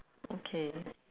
okay